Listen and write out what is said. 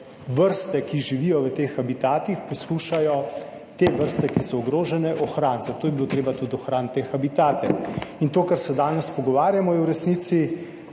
vrste, ki živijo v teh habitatih, poskušajo te vrste, ki so ogrožene, ohraniti. Zato je bilo treba tudi ohraniti te habitate. In to, kar se danes pogovarjamo, je v resnici